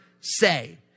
say